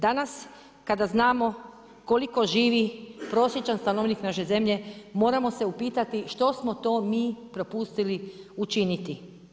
Danas kada znamo koliko živi prosječan stanovnik naše zemlje, moramo se upitati što smo to mi propustili učiniti.